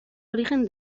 origen